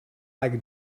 like